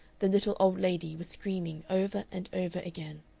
the little old lady was screaming over and over again.